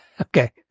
Okay